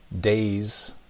days